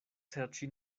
serĉi